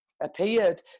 appeared